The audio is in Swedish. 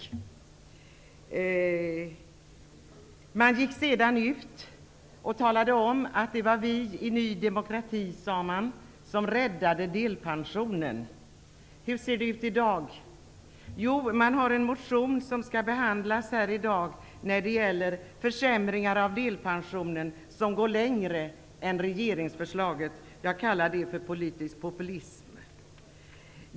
Ny demokrati gick sedan ut och talade om att det var nydemokraterna som räddade delpensionen. Hur är det i dag? Jo, Ny demokrati har en motion, som skall behandlas här i dag och som innebär försämringar av delpensionen som går längre än regeringsförslaget. Jag kallar det för politisk populism.